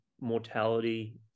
mortality